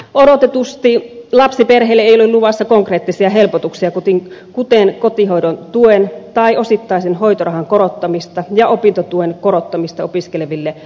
odotetusti lapsiperheille ei ole luvassa konkreettisia helpotuksia kuten kotihoidon tuen tai osittaisen hoitorahan korottamista ja opintotuen korottamista opiskeleville lapsiperheille